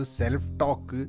self-talk